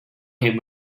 him